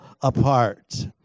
apart